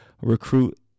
recruit